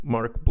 Mark